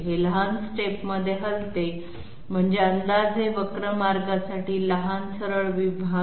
हे लहान स्टेप मध्ये हलते म्हणजे अंदाजे वक्र मार्ग बनवण्यासाठी लहान लहान सरळ रेषांचे भाग